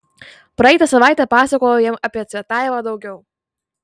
praeitą savaitę pasakojau jam apie cvetajevą daugiau